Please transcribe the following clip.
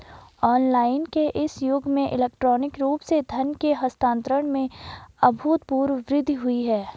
online के इस युग में इलेक्ट्रॉनिक रूप से धन के हस्तांतरण में अभूतपूर्व वृद्धि हुई है